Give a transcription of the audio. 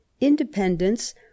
Independence